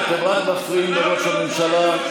אתם רק מפריעים לראש הממשלה.